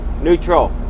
Neutral